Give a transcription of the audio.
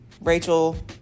Rachel